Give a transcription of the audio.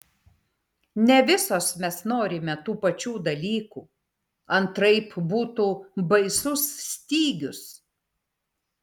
ne visos mes norime tų pačių dalykų antraip būtų baisus stygius